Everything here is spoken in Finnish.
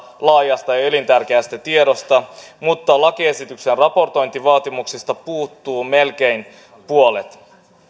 laajasta ja elintärkeästä tiedosta mutta lakiesityksessä raportointivaatimuksista puuttuu melkein puolet